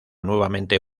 nuevamente